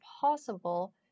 possible